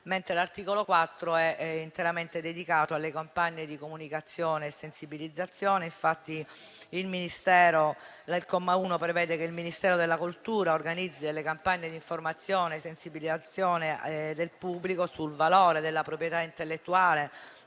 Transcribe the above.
mentre l'articolo 4 è interamente dedicato alle campagne di comunicazione e sensibilizzazione. Il comma 1 prevede che il Ministero della cultura organizzi delle campagne di informazione e sensibilizzazione del pubblico sul valore della proprietà intellettuale,